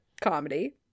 comedy